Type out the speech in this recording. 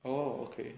oh okay